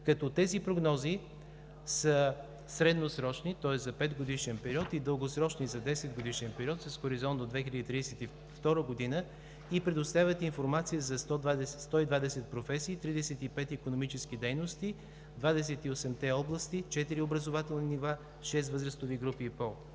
като тези прогнози са средносрочни – тоест за петгодишен период, и дългосрочни – за десетгодишен период, с хоризонт до 2032 г. и предоставят информация за 120 професии; 35 икономически дейности; 28-те области; 4 образователни нива; 6 възрастови групи и пол.